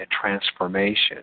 transformation